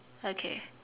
okay